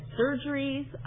surgeries